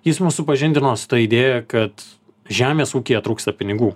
jis mus supažindino su ta idėja kad žemės ūkyje trūksta pinigų